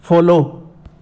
follow